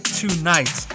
tonight